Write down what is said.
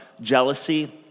jealousy